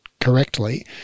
correctly